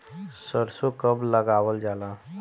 सरसो कब लगावल जाला?